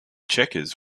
checkers